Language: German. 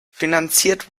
finanziert